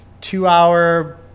two-hour